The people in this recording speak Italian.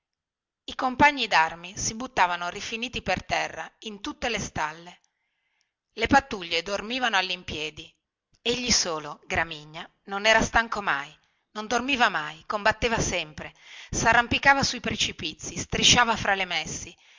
i compagni darmi si buttavano rifiniti per terra in tutte le stalle le pattuglie dormivano allimpiedi egli solo gramigna non era stanco mai non dormiva mai fuggiva sempre sarrampicava sui precipizi strisciava fra le messi